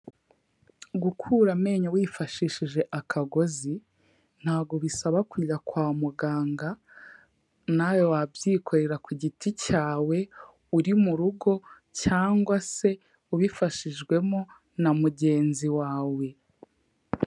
Gukura amenyo wifashishije akagozi ntago bisaba kujyara kwa muganga nawe wabyikorera ku giti cyawe uri muru rugo cyangwa se ubifashijwemo na mugenzi wawe.